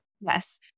Yes